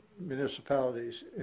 municipalities